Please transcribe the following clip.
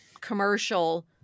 commercial